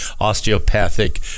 osteopathic